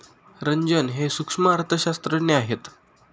रंजन हे सूक्ष्म अर्थशास्त्रज्ञ आहेत